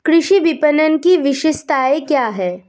कृषि विपणन की विशेषताएं क्या हैं?